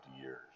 years